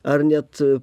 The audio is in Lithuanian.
ar net